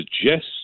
suggest